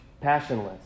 Passionless